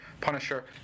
Punisher